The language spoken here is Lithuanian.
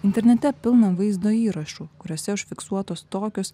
internete pilna vaizdo įrašų kuriuose užfiksuotos tokios